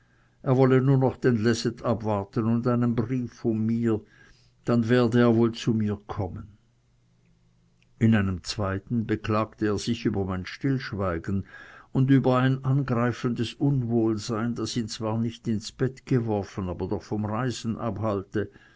er wolle nur noch den leset abwarten und einen brief von mir dann werde er wohl zu mir kommen in einem zweiten beklagte er sich über mein stillschweigen und über ein angreifendes unwohlsein das ihn zwar nicht ins bett geworfen aber doch vom reisen abhalte